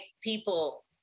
people